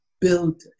build